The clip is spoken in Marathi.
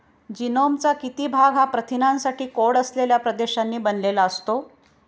जीनोमचा किती भाग हा प्रथिनांसाठी कोड असलेल्या प्रदेशांनी बनलेला असतो?